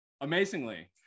amazingly